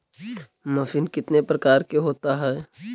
Machine कितने प्रकार का होता है?